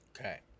Okay